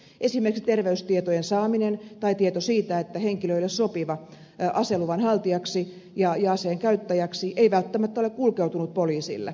esimerkiksi terveystietojen saaminen tai tieto siitä että henkilö ei ole sopiva aseluvan haltijaksi ja aseenkäyttäjäksi ei välttämättä ole kulkeutunut poliisille